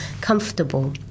comfortable